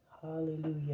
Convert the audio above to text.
Hallelujah